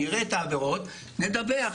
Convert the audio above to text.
נראה את העבירות ונדווח,